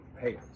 Hey